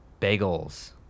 bagels